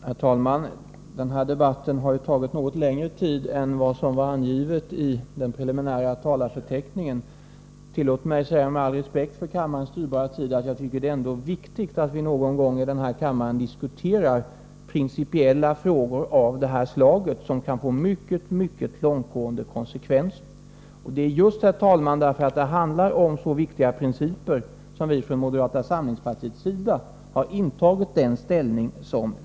Herr talman! Denna debatt har tagit en något längre tid än som är angivet i den preliminära talarförteckningen. Tillåt mig säga med all respekt för kammarens dyrbara tid att jag tycker att det ändå är viktigt att vi någon gång i denna kammare diskuterar principiella frågor av detta slag, som kan få mycket långtgående konsekvenser. Just därför att det handlar om så viktiga principer har vi från moderata samlingspartiet intagit vår ståndpunkt.